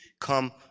Come